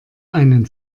einen